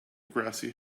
grassy